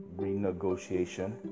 renegotiation